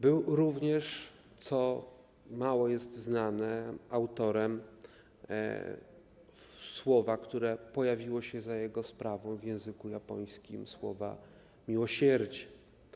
Był również, co jest mało znane, autorem słowa, które pojawiło się za jego sprawą w języku japońskim, słowa: miłosierdzie.